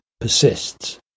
persists